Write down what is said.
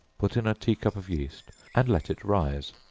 put in a tea cup of yeast, and let it rise,